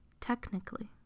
technically